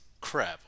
crap